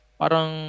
parang